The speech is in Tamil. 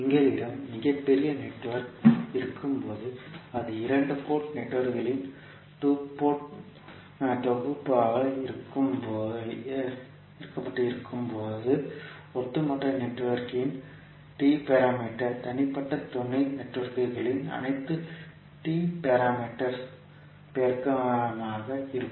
எங்களிடம் மிகப் பெரிய நெட்வொர்க் இருக்கும்போது அது இரண்டு போர்ட் நெட்வொர்க்குகளின் தொகுப்பாக இணைக்கப்பட்டிருக்கும் போது ஒட்டுமொத்த நெட்வொர்க்கின் T பாராமீட்டர் தனிப்பட்ட துணை நெட்வொர்க்குகளின் அனைத்து T பாராமீட்டர்ஸ் மேட்ரிக்ஸின் பெருக்கமாக இருக்கும்